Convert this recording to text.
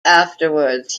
afterwards